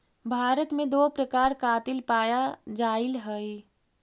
भारत में दो प्रकार कातिल पाया जाईल हई